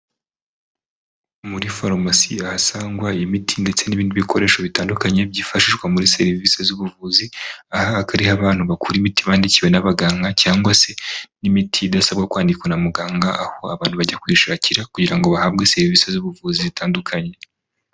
Muri Pharmacy hasangwa imiti ndetse n'ibindi bikoresho bitandukanye byifashishwa muri serivise z'ubuvuzi aha akabariho abantu bakura imiti bandikiwe n'abaganga cyangwa se n'imiti idasaba kwandikwa na muganga aho abantu bajya kuyishakira kugira ngo bahabwe serivisi z'ubuvuzi zitandukanye.